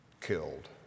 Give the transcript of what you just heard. killed